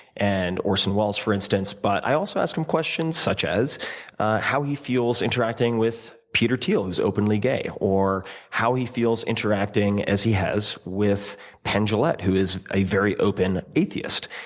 and orson welles, for instance. but i also ask him questions, such as how he feels interacting with peter thiel, who is openly gay. or how he feels interacting, as he has, with penn jillette, who is a very open atheist.